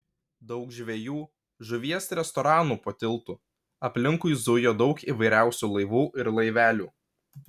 daug žvejų žuvies restoranų po tiltu aplinkui zujo daug įvairiausių laivų ir laivelių